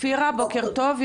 אופירה בוקר טוב,